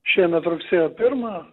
šiemet rugsėjo pirmą